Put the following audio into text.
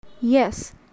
Yes